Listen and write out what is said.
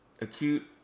Acute